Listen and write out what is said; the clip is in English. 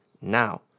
now